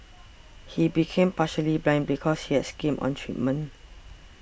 he became partially blind because he has skimmed on treatment